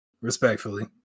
respectfully